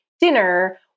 dinner